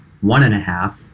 one-and-a-half